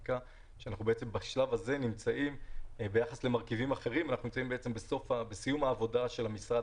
ביחס למרכיבים אחרים אנחנו נמצאים כרגע בסיום העבודה של המשרד,